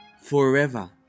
forever